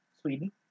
Sweden